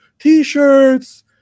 T-shirts